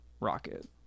rocket